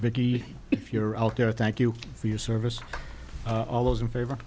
vicki if you're out there thank you for your service all those in favor